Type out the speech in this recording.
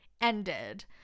ended